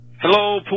Hello